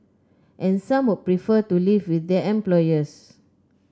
and some would prefer to live with their employers